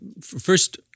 first